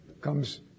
comes